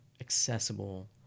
accessible